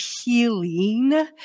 healing